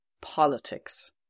politics